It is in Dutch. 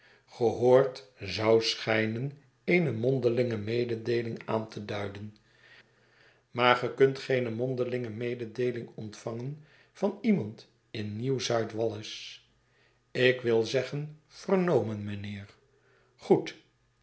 gehoord zou schijnen eene mondelinge mededeeling aan te duiden maar ge kunt geene mondelinge mededeeling ontvangen van iemand in nieuw zuidwallis ik wil zeggen vernomen mijnheer goed